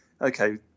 okay